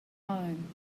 home